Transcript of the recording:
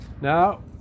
now